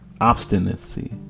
obstinacy